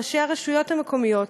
ראשי הרשויות המקומיות